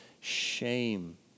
shame